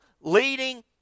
leading